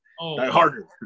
Harder